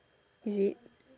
is it